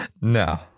No